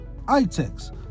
ITEX